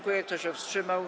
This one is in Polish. Kto się wstrzymał?